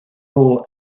all